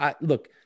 look